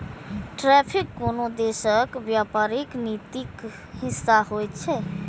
tariff कोनो देशक व्यापारिक नीतिक हिस्सा होइ छै